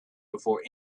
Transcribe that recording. before